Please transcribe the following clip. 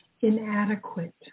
inadequate